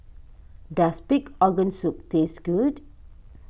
does Pig Organ Soup taste good